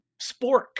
spork